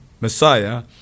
Messiah